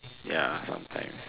ya sometimes